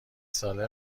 ساله